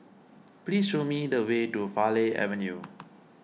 please show me the way to Farleigh Avenue